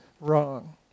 wrong